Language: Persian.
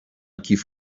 کیف